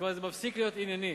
וזה מפסיק להיות ענייני,